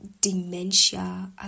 dementia